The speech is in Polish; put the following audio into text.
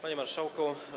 Panie Marszałku!